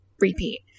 repeat